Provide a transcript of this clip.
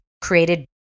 created